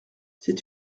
c’est